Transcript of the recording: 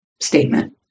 statement